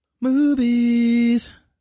Movies